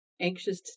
Anxious